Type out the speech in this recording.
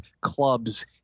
clubs